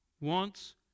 wants